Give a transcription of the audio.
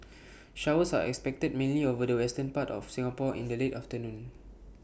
showers are expected mainly over the western part of Singapore in the late afternoon